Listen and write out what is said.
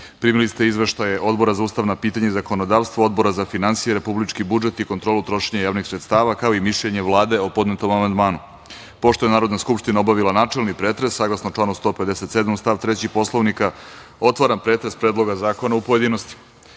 ste izveštaje Odbora za ustavna pitanja i zakonodavstvo, Odbora za finansije, republički budžet i kontrolu trošenja javnih sredstava, kao i mišljenje Vlade o podnetom amandmanu. Pošto je Narodna skupština obavila načelni pretres, saglasno članu 157. stav 3. Poslovnika otvaram pretres Predloga zakona u pojedinostima. Na